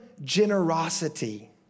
generosity